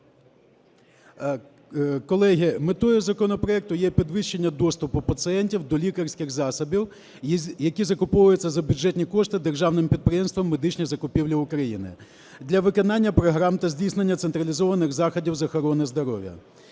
Колеги, метою законопроекту є підвищення доступу пацієнтів до лікарських засобів, які закуповуються за бюджетні кошти державним підприємством "Медичні закупівлі України" для виконання програм та здійснення централізованих заходів з охорони здоров'я.